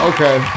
Okay